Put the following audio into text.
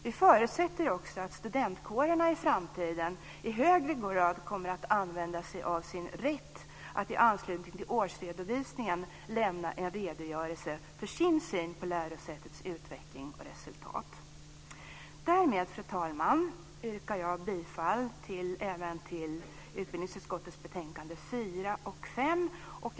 Vidare förutsätter vi att studentkårerna i framtiden i högre grad använder sig av sin rätt att i anslutning till årsredovisningen lämna en redogörelse för sin syn på lärosätets utveckling och resultat. Därmed, fru talman, yrkar jag bifall även till utbildningsutskottets förslag i betänkandena 4 och 5.